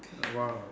a while